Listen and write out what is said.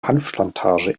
hanfplantage